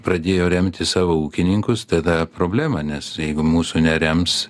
pradėjo remti savo ūkininkus tada problema nes jeigu mūsų nerems